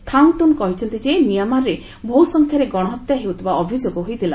Thaung Tun କହିଛନ୍ତି ଯେ ମିଆଁମାରରେ ବହୁ ସଂଖ୍ୟାରେ ଗଣହତ୍ୟା ହେଉଥିବା ଅଭିଯୋଗ ହୋଇଥିଲା